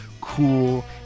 cool